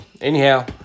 anyhow